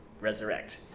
resurrect